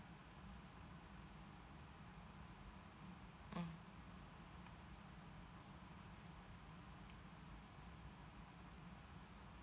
mm